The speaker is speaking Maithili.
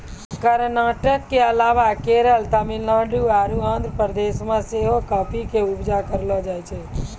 कर्नाटक के अलावा केरल, तमिलनाडु आरु आंध्र प्रदेश मे सेहो काफी के उपजा करलो जाय छै